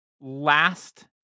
Last